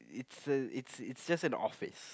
it's just it's it's just an office